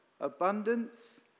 abundance